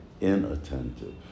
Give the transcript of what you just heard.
inattentive